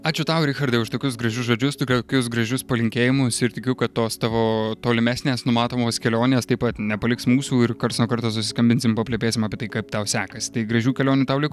ačiū tau richardai už tokius gražius žodžius tokius gražius palinkėjimus ir tikiu kad tos tavo tolimesnės numatomos kelionės taip pat nepaliks mūsų ir karts nuo karto susiskambinsim paplepėsim apie tai kaip tau sekasi tai gražių kelionių tau lik